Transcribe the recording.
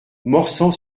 morsang